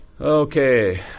Okay